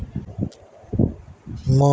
मोहन एक प्रवासी मजदूर छिके